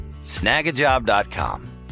Snagajob.com